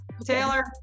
Taylor